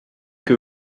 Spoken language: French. que